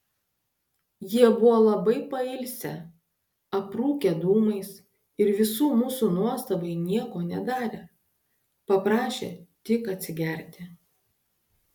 jie buvo labai pailsę aprūkę dūmais ir visų mūsų nuostabai nieko nedarė paprašė tik atsigerti